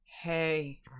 hey